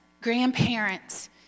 grandparents